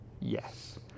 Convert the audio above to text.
yes